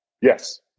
Yes